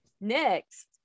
next